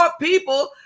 people